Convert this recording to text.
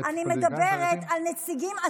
אני מדברת על נציגים עסקנים,